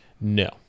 No